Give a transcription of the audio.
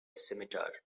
scimitar